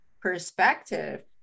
perspective